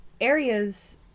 Areas